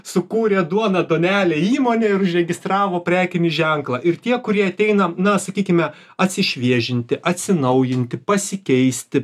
sukūrė duona duonelė įmonę ir užregistravo prekinį ženklą ir tie kurie ateina na sakykime atsišviežinti atsinaujinti pasikeisti